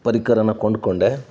ಪರಿಕರಾನ ಕೊಂಡುಕೊಂಡೆ